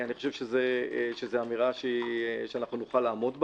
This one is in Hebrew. אני חושב שזו אמירה שנוכל לעמוד בה.